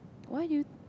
why you